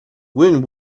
when